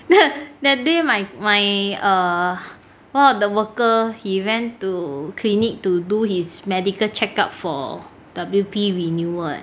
that day my my err one of the worker he went to clinic to do his medical check up for W_P renewal eh